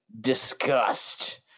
disgust